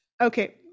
Okay